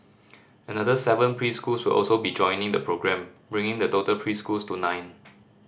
another seven preschools will also be joining the programme bringing the total preschools to nine